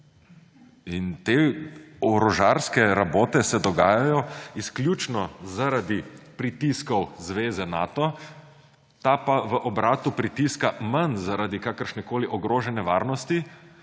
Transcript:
Te orožarske rabote se dogajajo izključno zaradi pritiskov zveze Nato, ta pa v obratu pritiska manj zaradi kakršnekoli ogrožene varnosti,